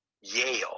Yale